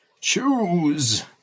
Choose